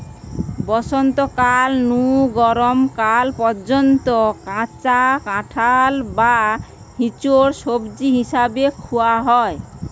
বসন্তকাল নু গরম কাল পর্যন্ত কাঁচা কাঁঠাল বা ইচোড় সবজি হিসাবে খুয়া হয়